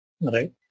right